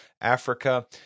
Africa